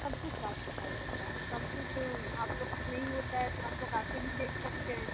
सब कुछ साफ़ सफ़ाई रहता है सब कुछ आप लोग नहीं होता है तो आप लोग आकर भी देख सकते हैं